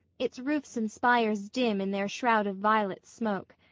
its roofs and spires dim in their shroud of violet smoke.